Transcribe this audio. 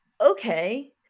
okay